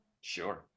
Sure